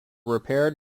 repaired